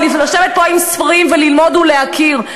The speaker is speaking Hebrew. ולשבת פה עם ספרים וללמוד ולהכיר.